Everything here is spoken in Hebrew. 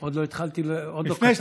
עוד לא התחלתי ועוד לא כתבתי.